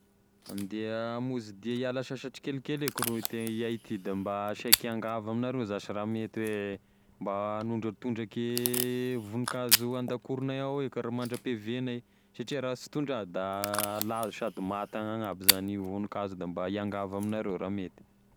Andeha hamonzy dia hiala sasatry kelikely eky rô ite- iahy ty da saiky hiangavy amignareo zash raha mety hoe mba hagnondratondraky voninkazo andakorognay ao eky rô mandram-piaviagnay, satria raha sy tondraha da halazo sady maty agny agnaby zany io voninkazo io da mba hiangavy aminareo raha mety.